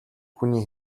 хүний